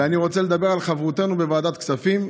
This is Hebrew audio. אני רוצה לדבר על חברותנו בוועדת הכספים,